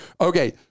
Okay